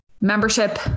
membership